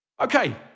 Okay